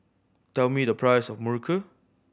tell me the price of muruku